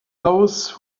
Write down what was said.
those